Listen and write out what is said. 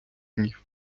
днів